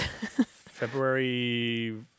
February